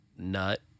nut